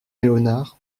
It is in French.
léonard